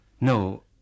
No